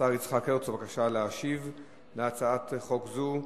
השר יצחק הרצוג, להשיב על הצעת חוק זו.